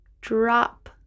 drop